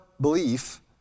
belief